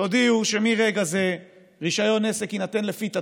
תודיעו שמרגע זה רישיון עסק יינתן לפי תצהיר.